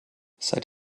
seit